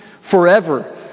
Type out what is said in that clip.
forever